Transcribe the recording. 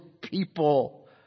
people